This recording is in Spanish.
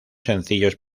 sencillos